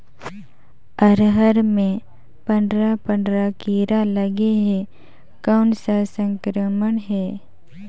अरहर मे पंडरा पंडरा कीरा लगे हे कौन सा संक्रमण हे?